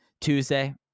Tuesday